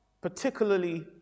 particularly